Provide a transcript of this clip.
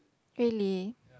really